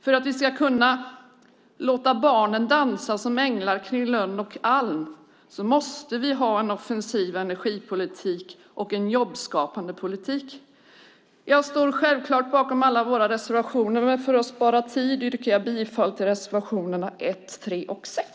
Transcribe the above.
För att vi ska kunna låta barnen dansa som änglar kring lönn och alm måste vi ha en offensiv energipolitik och en jobbskapande politik. Jag står självklart bakom alla våra reservationer, men för att spara tid yrkar jag bifall till reservationerna 1, 3 och 6.